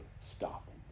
stopping